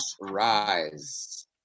Rise